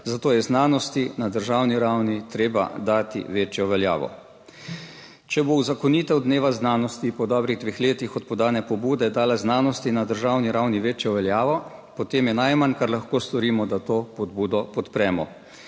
Zato je znanosti na državni ravni treba dati večjo veljavo. Če bo uzakonitev dneva znanosti po dobrih dveh letih od podane pobude dala znanosti na državni ravni večjo veljavo, potem je najmanj kar lahko storimo, da to pobudo podpremo